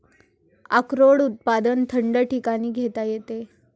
अक्रोड उत्पादन थंड ठिकाणी घेता येते